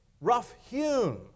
rough-hewn